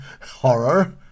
horror